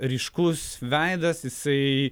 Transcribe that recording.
ryškus veidas jisai